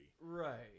right